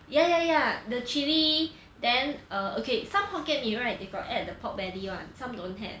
yeah yeah yeah the chilli then err okay some hokkien mee right they got add the pork belly [one] some don't have